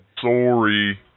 Sorry